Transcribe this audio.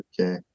Okay